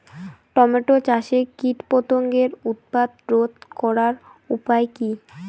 Tomato চাষে কীটপতঙ্গের উৎপাত রোধ করার উপায় কী?